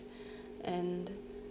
and